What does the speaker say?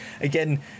again